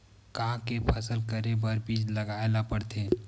का के फसल करे बर बीज लगाए ला पड़थे?